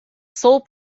sole